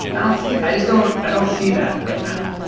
i don't see i just don't i don't see that right now.